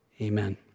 Amen